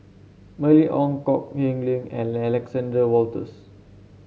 Mylene Ong Kok Heng Leun and Alexander Wolters